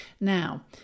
Now